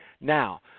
now